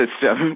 system